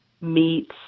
meats